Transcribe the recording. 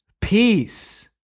peace